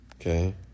Okay